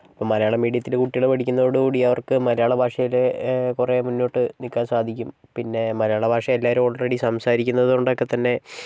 ഇപ്പോൾ മലയാളം മീഡിയത്തിൽ കുട്ടികൾ പഠിക്കുന്നതോടുകൂടി അവർക്ക് മലയാള ഭാഷയിലെ കുറെ മുന്നോട്ട് നീക്കാൻ സാധിക്കും പിന്നെ മലയാള ഭാഷ എല്ലാവരും ഓൾറെഡി സംസാരിക്കുന്നത് കൊണ്ടൊക്കെ തന്നെ